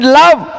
love।